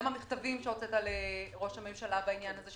גם המכתבים שהוצאת לראש הממשלה בעניין הזה,